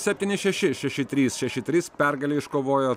septyni šeši šeši trys šeši trys pergalę iškovojo